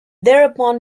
thereupon